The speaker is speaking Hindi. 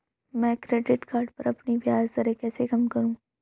मैं क्रेडिट कार्ड पर अपनी ब्याज दरें कैसे कम करूँ?